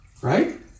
Right